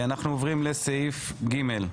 אנחנו עוברים לסעיף ג',